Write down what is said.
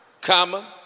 comma